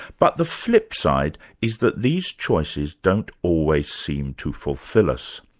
but the flipside is that these choices don't always seem to fulfil us.